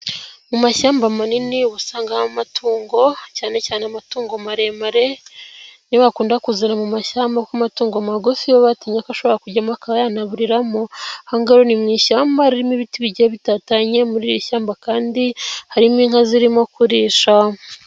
Mu mashyamba manini uba usanga amatungo, cyane cyane amatungo maremare, niyo bakunda kuzana mu mashyamba kuko amatungo magufi baba batinyaga ko ashobora kujyamo akaba yanaburiramo. Aha ngaha rero ni mu ishyamba ririmo ibiti bigiye bitatanye, muri iri shyamba kandi harimo inka zirimo kurisha.